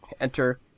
enter